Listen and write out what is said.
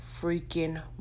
freaking